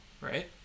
right